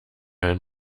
ein